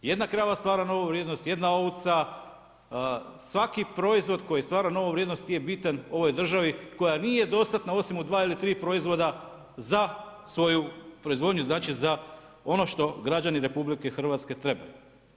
Jedna krava stvara novu vrijednost, jedna ovca svaki proizvod koji stvara novu vrijednost je bitan ovoj državi koja nije dostatna osim u dva ili tri proizvoda za svoju proizvodnju, znači za ono što građani RH trebaju.